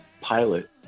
pilot